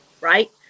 right